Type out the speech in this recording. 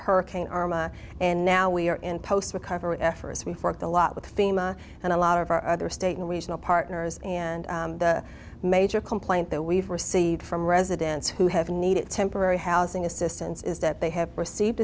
hurricane arma and now we are in post recovery efforts we've worked a lot with thema and a lot of our other state and regional partners and major complaint that we've received from residents who have needed temporary housing assistance is that they have received